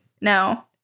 No